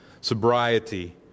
Sobriety